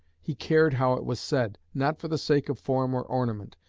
he cared how it was said, not for the sake of form or ornament,